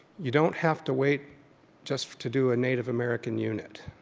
you don't have to wait just to do a native american unit.